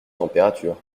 température